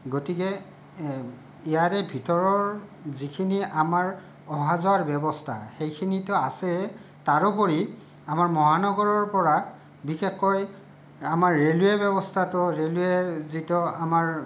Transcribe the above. গতিকে ইয়াৰে ভিতৰৰ যিখিনি আমাৰ অহা যোৱাৰ ব্যৱস্থা সেইখিনিতো আছে তাৰোপৰি আমাৰ মহানগৰৰ পৰা বিশেষকৈ আমাৰ ৰেলৱে ব্যৱস্থাতো ৰেলৱে যিটো আমাৰ